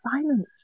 silence